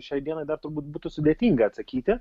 šiai dienai dar turbūt būtų sudėtinga atsakyti